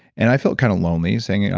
and i felt kind of lonely saying,